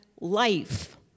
life